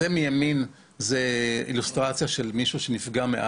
מה שאתם רואים במצגת מצד ימין,